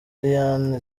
eliane